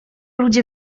ludzie